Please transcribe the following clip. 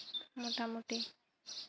ᱢᱳᱴᱟᱢᱩᱴᱤ